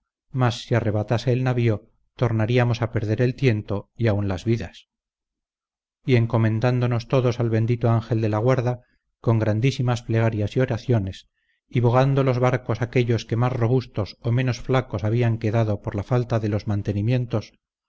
si arrebatase el navío tornaríamos a perder el tiento y aun las vidas y encomendándonos todos al bendito ángel de la guarda con grandísimas plegarias y oraciones y bogando los barcos aquellos que más robustos o menos flacos habían quedado por la falta de los mantenimientos